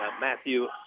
Matthew